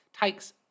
takes